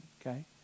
Okay